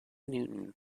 newton